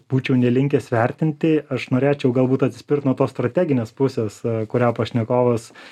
būčiau nelinkęs vertinti aš norėčiau galbūt atsispirt nuo tos strateginės pusės kurią pašnekovas